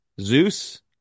Zeus